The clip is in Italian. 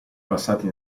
passati